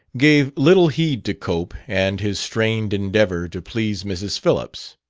gave little heed to cope and his strained endeavor to please mrs. phillips.